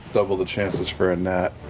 double the chances for a nat.